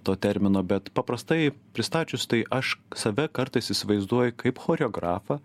to termino bet paprastai pristačius tai aš save kartais įsivaizduoju kaip choreografą